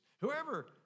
Whoever